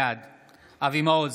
בעד אבי מעוז,